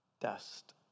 dust